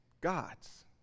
God's